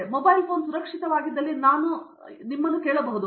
ಇಂದು ಈ mobile phone ಸುರಕ್ಷಿತವಾಗಿದ್ದಲ್ಲಿ ನಾನು ನಿಮ್ಮನ್ನು ಕೇಳಿದರೆ